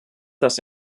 das